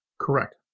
Correct